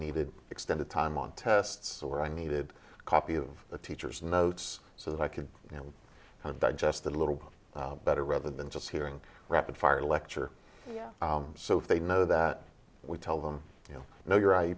needed extended time on tests or i needed a copy of the teacher's notes so that i could you know digest a little bit better rather than just hearing rapid fire lecture yeah so if they know that we tell them you know your i